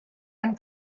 and